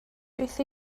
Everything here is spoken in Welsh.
beth